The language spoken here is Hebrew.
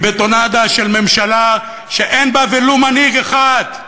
היא בטונדה של ממשלה שאין בה ולו מנהיג אחד,